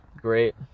Great